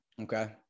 Okay